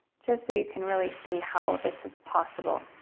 just so you can really see how this is possible.